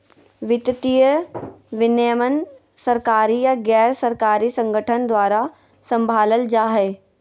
वित्तीय विनियमन सरकारी या गैर सरकारी संगठन द्वारा सम्भालल जा हय